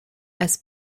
als